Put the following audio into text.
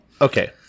Okay